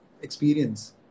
experience